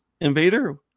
Invader